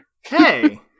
Hey